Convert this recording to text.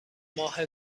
ماه